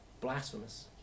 Blasphemous